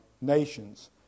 nations